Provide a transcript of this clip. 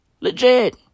Legit